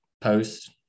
post